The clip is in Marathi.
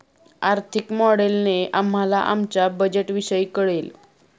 आर्थिक मॉडेलने आम्हाला आमच्या बजेटविषयी कळेल